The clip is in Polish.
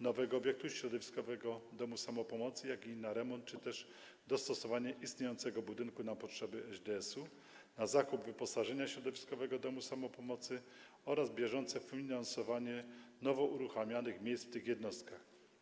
nowego obiektu środowiskowego domu samopomocy, jak i na remont czy też dostosowanie istniejącego budynku na potrzeby ŚDS-u, na zakup wyposażenia środowiskowego domu samopomocy oraz bieżące finansowanie nowo uruchamianych miejsc w tych jednostkach.